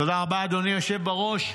תודה רבה, אדוני היושב בראש.